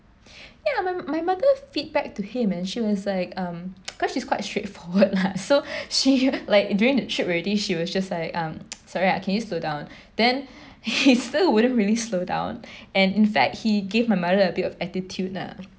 ya my my mother feedback to him and she was like um cause she's quite straightforward lah so she like during that trip already she was just like um sorry ah can you slow down then he's still wouldn't really slow down and in fact he give my mother a bit of attitude lah